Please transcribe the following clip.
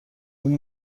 اون